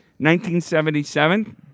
1977